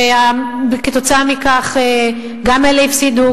וכתוצאה מכך גם אלה הפסידו,